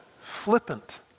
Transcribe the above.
flippant